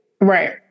Right